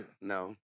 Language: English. No